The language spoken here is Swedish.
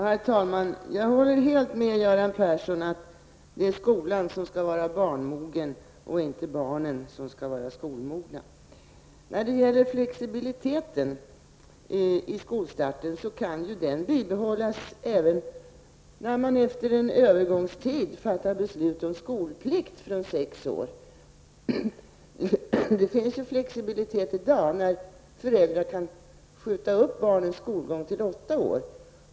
Herr talman! Jag håller helt med Göran Persson om att det är skolan som skall vara barnmogen, inte barnen som skall vara skolmogna. När det gäller flexibiliteten i skolstarten vill jag säga att den kan behållas även när man efter en övergångstid fattar beslut om skolplikt från sex års ålder. Det finns flexibilitet i dag när föräldrar kan skjuta upp barnens skolstart till åtta års ålder.